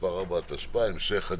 התש"ף 2020‏